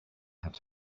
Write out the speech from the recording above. have